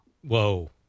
Whoa